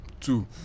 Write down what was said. two